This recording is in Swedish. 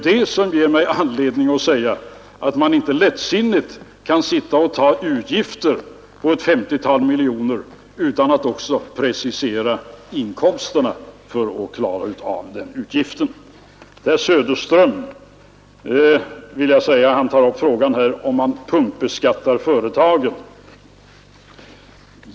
Detta ger mig anledning att säga att man inte lättsinnigt kan bestämma utgifter på ett SO-tal miljoner kronor utan att också precisera de inkomster som behövs för att klara denna utgift. Herr Söderström frågade om man punktbeskattar företagen.